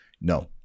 No